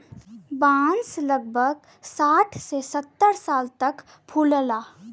बांस लगभग साठ से सत्तर साल बाद फुलला